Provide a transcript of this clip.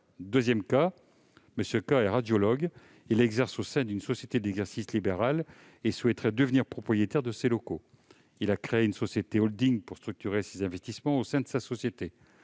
exemple est celui de M. K, radiologue : il exerce au sein d'une société d'exercice libérale et souhaiterait devenir propriétaire de ses locaux. Il a créé une société holding pour structurer ses investissements au sein de sa société.